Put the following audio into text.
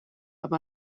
amb